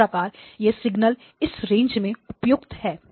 इस प्रकार यह सिग्नल इस रेंज में उपयुक्त है